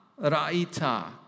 raita